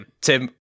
Tim